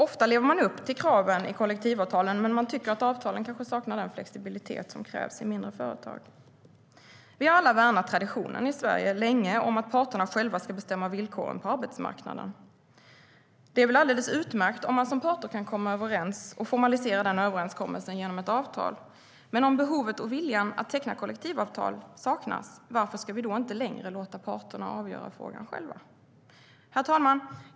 Ofta lever man upp till kraven i kollektivavtalen, men man tycker kanske att avtalen saknar den flexibilitet som krävs i mindre företag. Vi har alla länge värnat traditionen i Sverige att parterna själva ska bestämma villkoren på arbetsmarknaden. Det är väl alldeles utmärkt om parterna kan komma överens och formalisera överenskommelsen genom ett avtal. Men om behovet och viljan att teckna kollektivavtal saknas, varför ska vi då inte längre låta parterna avgöra frågan själva? Herr talman!